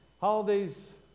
Holidays